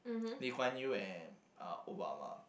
Lee Kuan Yew and uh Obama